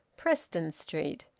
preston street!